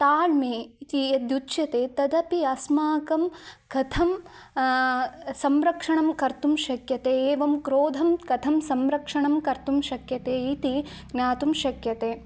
ताळ्मे इति यद् उच्यते तदपि अस्माकं कथं संरक्षणं कर्तुं शक्यते एवं क्रोधं कथं संरक्षणं कर्तुं शक्यते इति ज्ञातुं शक्यते